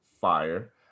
fire